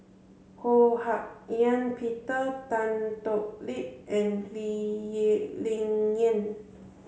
Ho Hak Ean Peter Tan Thoon Lip and Lee Ling Yen